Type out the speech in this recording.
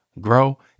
grow